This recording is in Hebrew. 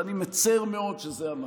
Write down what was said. ואני מצר מאוד שזה המצב,